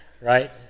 right